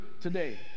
today